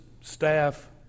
staff